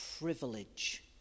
privilege